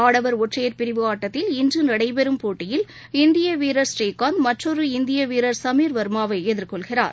ஆடவர் ஒற்றையர் பிரிவில் ஆட்டத்தில் இன்று நடைபெறும் ஆட்டத்தில் இந்திய வீரர் கிடாம்பி புரீகாந்த் மற்றொரு இந்திய வீரர் சமீர் வர்மாவை எதிர் கொள்கிறார்